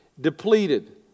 Depleted